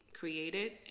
created